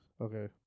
Okay